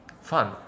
Fun